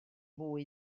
fwy